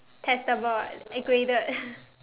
testable and graded